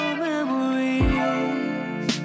memories